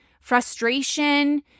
frustration